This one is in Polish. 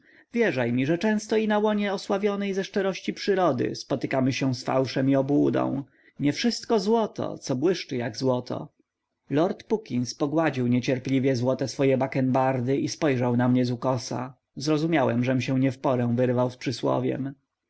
wierzaj mi że często i na łonie osławionej ze szczerości przyrody spotykamy się z fałszem i obłudą nie wszystko złoto co błyszczy jak złoto lord puckins pogładził niecierpliwie złote swoje bakenbardy i spojrzał na mnie z ukosa zrozumiałem żem się nie w porę wyrwał z przysłowiem